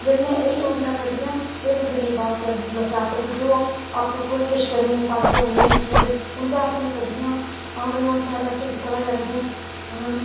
जेह्ड़ियां एह् योजनां कड्डियां एह् ते गरीब लोकैं आस्तै जो किश करी नी पांदे हैन एहे जेही चीज़ उंदै आस्तै गै कड्डियां हां भाई साढ़ै आस्तै पता गै तुसेंगी